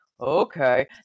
okay